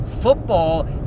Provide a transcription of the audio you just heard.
football